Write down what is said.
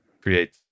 create